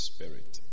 Spirit